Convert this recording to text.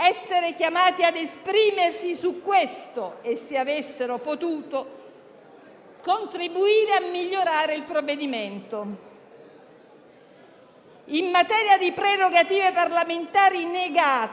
In materia di prerogative parlamentari negate, a questo punto non posso esimermi dal denunciare anche il fatto che l'atto ispettivo, a prima firma della senatrice Fattori,